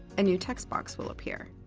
a new text box will appear.